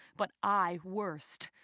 but i worst.